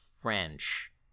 French